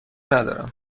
ندارم